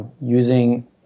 using